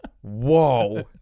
Whoa